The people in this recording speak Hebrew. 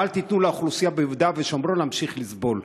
ואל תיתנו לאוכלוסייה ביהודה ושומרון להמשיך לסבול,